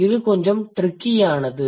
இது கொஞ்சம் ட்ரிக்கியானது